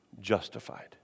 Justified